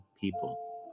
people